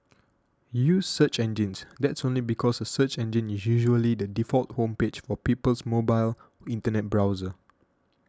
use search engines that's only because a search engine is usually the default home page for people's mobile Internet browser